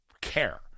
care